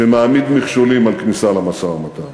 שמעמיד מכשולים על כניסה למשא-ומתן.